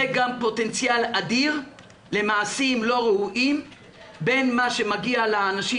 זה גם פוטנציאל אדיר למעשים לא ראויים בין מה שמגיע לאנשים